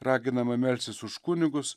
raginama melstis už kunigus